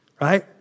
Right